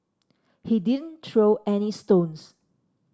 he didn't throw any stones